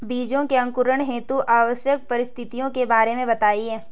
बीजों के अंकुरण हेतु आवश्यक परिस्थितियों के बारे में बताइए